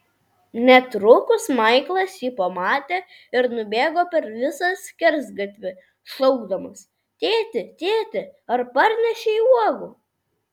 netrukus maiklas jį pamatė ir nubėgo per visą skersgatvį šaukdamas tėti tėti ar parnešei uogų